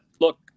look